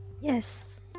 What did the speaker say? yes